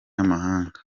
n’amahanga